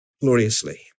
gloriously